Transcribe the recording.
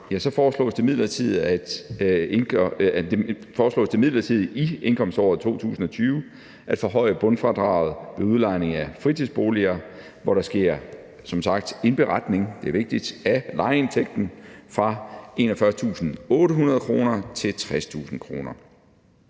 foreslås det midlertidigt i indkomståret 2020 at forhøje bundfradraget ved udlejning af fritidsboliger, hvor der som sagt sker indberetning – det er vigtigt – af lejeindtægten, fra 41.800 kr. til 60.000 kr.